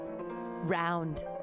round